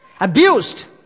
Abused